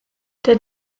der